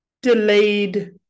delayed